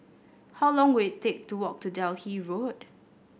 how long will it take to walk to Delhi Road